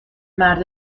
مرد